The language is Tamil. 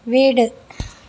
வீடு